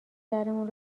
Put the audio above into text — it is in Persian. درمون